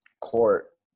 court